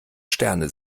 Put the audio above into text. sterne